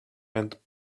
and